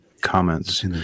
comments